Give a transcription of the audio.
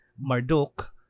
Marduk